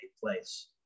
place